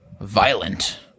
violent